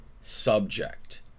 subject